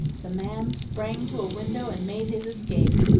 the man sprang to a window and made his escape,